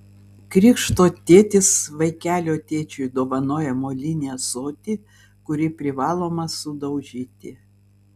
krikšto tėtis vaikelio tėčiui dovanoja molinį ąsotį kurį privaloma sudaužyti